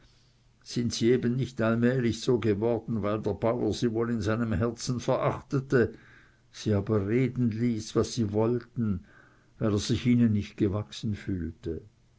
sind sie eben nicht allmählich so geworden weil der bauer sie wohl in seinem herzen verachtete sie aber reden ließ was sie wollten weil er sich ihnen nicht gewachsen fühlte